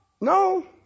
No